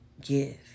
give